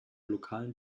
lokalen